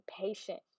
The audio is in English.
patient